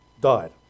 died